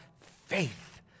faith